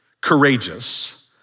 courageous